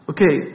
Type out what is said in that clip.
Okay